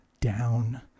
down